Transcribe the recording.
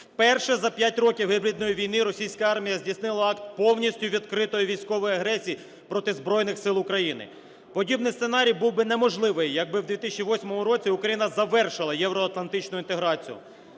Вперше за 5 років гібридної війни російська армія здійснила акт повністю відкритої військової агресії проти Збройних Сил України. Подібний сценарій був би неможливий, якби в 2008 році Україна завершила євроатлантичну інтеграцію.